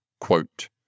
quote